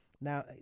Now